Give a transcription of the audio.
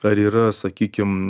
ar yra sakykim